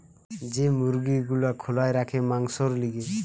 যে মুরগি গুলা খোলায় রাখে মাংসোর লিগে